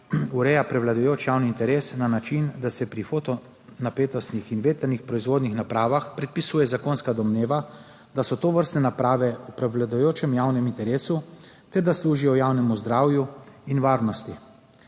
ureja prevladujoč javni interes na način, da se pri fotonapetostnih in vetrnih proizvodnih napravah predpisuje zakonska domneva, da so tovrstne naprave v prevladujočem javnem interesu ter da služijo javnemu zdravju in varnosti.